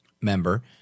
member